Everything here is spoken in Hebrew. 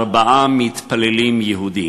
ארבעה מתפללים יהודים: